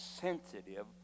sensitive